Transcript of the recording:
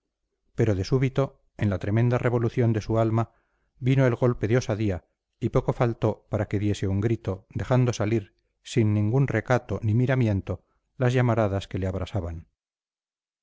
pero de súbito en la tremenda revolución de su alma vino el golpe de osadía y poco faltó para que diese un grito dejando salir sin ningún recato ni miramiento las llamaradas que le abrasaban